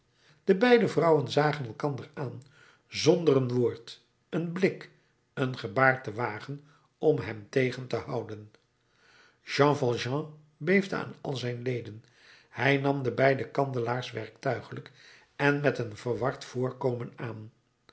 de beide vrouwen zagen elkander aan zonder een woord een blik een gebaar te wagen om hem tegen te houden jean valjean beefde aan al zijn leden hij nam de beide kandelaars werktuiglijk en met een verward voorkomen aan